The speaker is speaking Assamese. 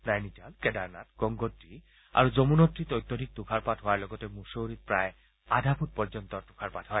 নাইনিতাল কেদাৰনাথ গংগোত্ৰী আৰু যমুনেত্ৰীত অত্যধিক তুষাৰপাত হোৱাৰ লগতে মুটৌৰিত প্ৰায় আধা ফুট পৰ্যন্ত তুষাৰপাত হয়